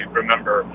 remember